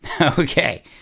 Okay